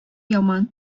яман